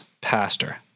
pastor